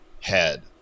head